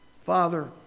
Father